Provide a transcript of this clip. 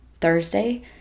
Thursday